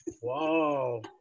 Whoa